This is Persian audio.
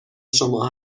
شما